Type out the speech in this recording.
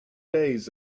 days